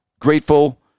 grateful